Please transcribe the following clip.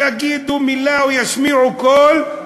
יגידו מילה או ישמיעו קול,